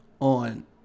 On